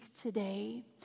today